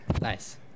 Nice